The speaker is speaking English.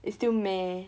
it's still meh